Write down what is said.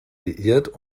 liiert